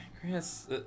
Chris